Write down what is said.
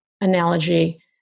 analogy